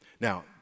Now